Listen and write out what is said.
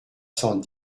cent